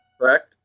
Correct